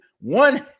one